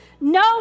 No